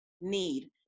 need